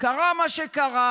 קרה מה שקרה,